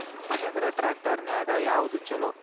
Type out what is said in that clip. Mahindra tractor ನ್ಯಾಗ ಯಾವ್ದ ಛಲೋ?